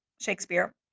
Shakespeare